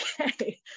Okay